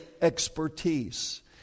expertise